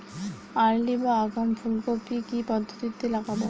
Early বা আগাম ফুল কপি কি পদ্ধতিতে লাগাবো?